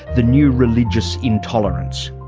the new religious intolerance.